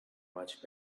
much